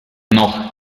noch